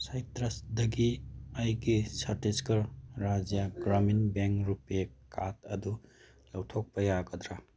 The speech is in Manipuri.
ꯁꯥꯏꯇ꯭ꯔꯁꯗꯒꯤ ꯑꯩꯒꯤ ꯁꯥꯇꯤꯁꯒ꯭ꯔ ꯔꯥꯏꯖ꯭ꯌꯥ ꯒꯔꯥꯃꯤꯟ ꯕꯦꯡ ꯔꯨꯄꯦ ꯀꯥꯔꯠ ꯑꯗꯨ ꯂꯧꯊꯣꯛꯄ ꯌꯥꯒꯗ꯭ꯔꯥ